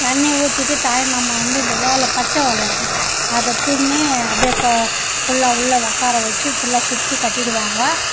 தண்ணி ஊற்றிட்டு தாய்மாமா வந்து இந்த ஓலை பச்சை ஓலைருக்கு அதை பின்னி அப்படியே கா ஃபுல்லாக உள்ள உக்கார வச்சு ஃபுல்லாக சுற்றி கட்டிவிடுவாங்க